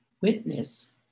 witness